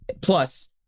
plus